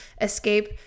escape